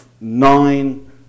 nine